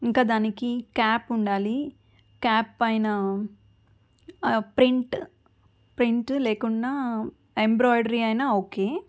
ఇంకా దానికి క్యాప్ ఉండాలి క్యాప్ పైన ప్రింట్ ప్రింట్ లేకున్నా ఎంబ్రాయిడరీ అయినా ఓకే